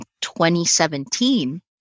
2017